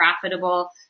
profitable